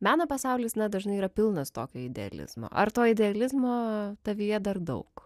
meno pasaulis na dažnai yra pilnas tokio idealizmo ar to idealizmo tavyje dar daug